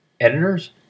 Editors